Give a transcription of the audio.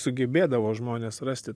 sugebėdavo žmonės rasti